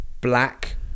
black